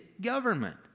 government